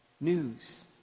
news